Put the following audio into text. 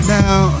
now